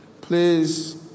Please